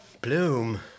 Bloom